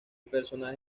personaje